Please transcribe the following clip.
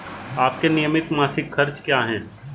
आपके नियमित मासिक खर्च क्या हैं?